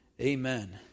Amen